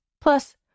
Plus